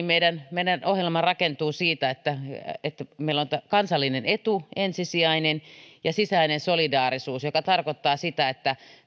meidän meidän ohjelma rakentuu siitä että että meillä on kansallinen etu ensisijainen ja sisäinen solidaarisuus joka tarkoittaa sitä että